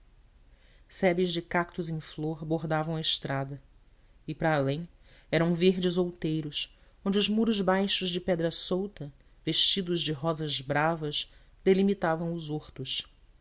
sebes de cactos em flor bordavam a estrada e para além eram verdes outeiros onde os muros baixos de pedra solta vestidos de rosas bravas delimitavam os hortos